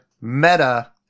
meta